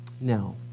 Now